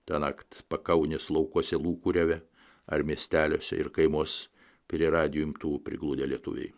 tąnakt pakaunės laukuose lūkuriavę ar miesteliuose ir kaimuos prie radijo imtuvų prigludę lietuviai